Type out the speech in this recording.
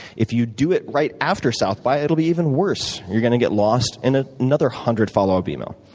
if you do it right after south by, it'll be even worse. you're going to get lost in ah another hundred follow up emails.